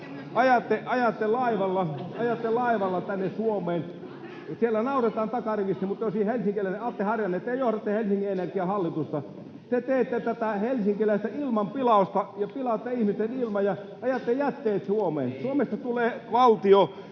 ajatte laivalla tänne Suomeen? — Siellä nauretaan takarivissä, mutta, helsinkiläinen Atte Harjanne, te johdatte Helsingin Energian hallitusta. Te teette tätä helsinkiläistä ilmanpilausta, pilaatte ihmisten ilman ja ajatte jätteet Suomeen. Suomesta tulee valtio,